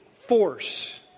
force